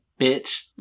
bitch